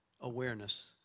awareness